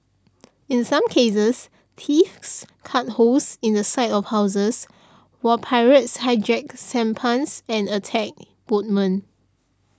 in some cases thieves cut holes in the side of houses while pirates hijacked sampans and attacked boatmen